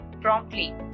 promptly